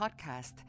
podcast